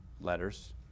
letters